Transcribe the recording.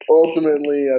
ultimately